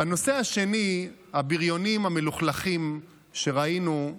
בנושא השני, הבריונים המלוכלכים שראינו,